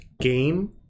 game